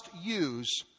use